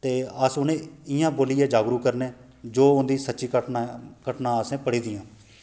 ते अस उनेंगी इयां बोलियै ऐ जागरुक करने आं जो उंदी सच्ची घटना घटनां असें पढ़ी दियां